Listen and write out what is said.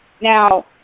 now